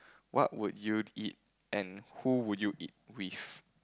what would you eat and who would you eat with